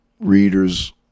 readers